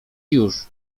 już